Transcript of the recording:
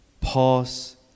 Pause